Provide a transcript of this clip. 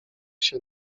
się